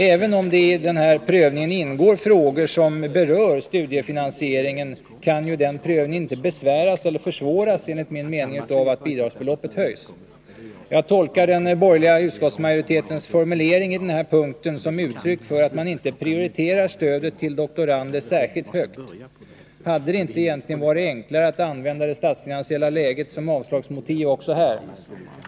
Även om det i denna prövning ingår frågor som berör studiefinansieringen kan ju den prövningen inte besväras eller försvåras av att bidragsbeloppet höjs. Jag tolkar den borgerliga utskottsmajoritetens formulering på denna punkt som uttryck för att man inte prioriterar stödet till doktorander särskilt högt. Hade det inte varit enklare att använda det statsfinansiella läget som avslagsmotiv också här?